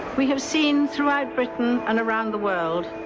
we have seen throughout britain and around the world,